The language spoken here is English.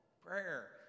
Prayer